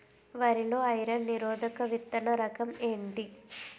వరి లో ఐరన్ నిరోధక విత్తన రకం ఏంటి?